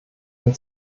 den